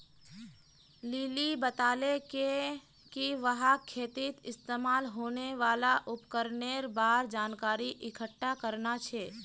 lily बताले कि वहाक खेतीत इस्तमाल होने वाल उपकरनेर बार जानकारी इकट्ठा करना छ